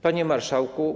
Panie Marszałku!